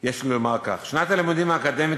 יש לומר כך: שנת הלימודים האקדמית